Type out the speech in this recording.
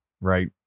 right